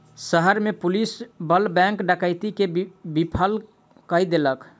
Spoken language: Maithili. शहर में पुलिस बल बैंक डकैती के विफल कय देलक